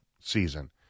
season